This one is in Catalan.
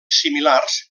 similars